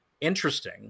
interesting